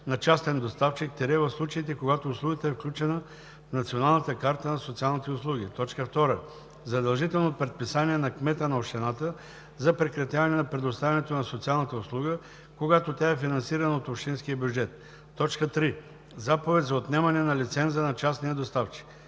3. заповед за отнемане на лиценза на частния доставчик.